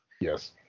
yes